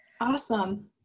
Awesome